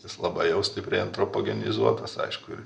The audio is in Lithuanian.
jis labai jau stipriai antropogenizuotas aišku ir